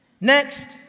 Next